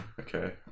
okay